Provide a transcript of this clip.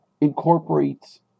incorporates